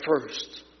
first